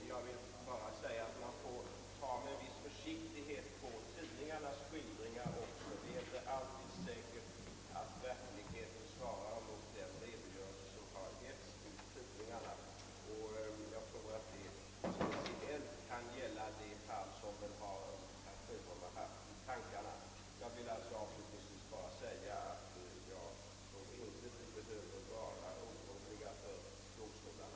Domstolarna sköter givetvis dessa fall riktigt och gör de rätta bedömningarna, men de skulle ändå kunna få ett ytterligare stöd genom en omformulering av lagen som gör att området för straffri nödvärnsrätt i någon mån utvidgas.